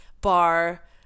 bar